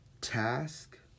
task